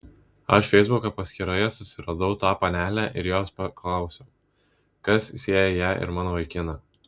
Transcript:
aš feisbuko paskyroje susiradau tą panelę ir jos paklausiau kas sieja ją ir mano vaikiną